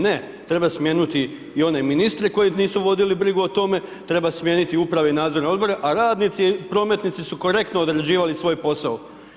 Ne, treba smijeniti i one ministre koji nisu vodili brigu o tome, treba smijeniti uprave i nadzorne odbore a radnici prometnici su korektno odrađivali svoj posao.